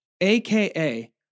aka